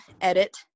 edit